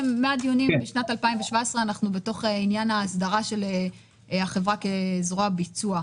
מן הדיונים בשנת 2017 אנחנו בתוך עניין ההסדרה של החברה כזרוע ביצוע.